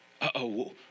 Uh-oh